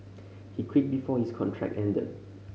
he quit before his contract ended